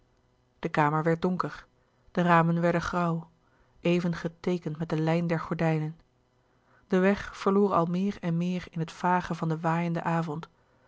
de kamer werd donker de ramen werden grauw even geteekend met de lijn der gordijnen de weg verloor al meer en meer in het vage van den waaienden avond